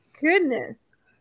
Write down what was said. Goodness